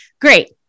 Great